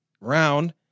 round